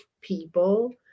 people